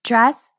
Dress